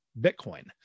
bitcoin